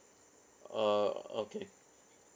uh okay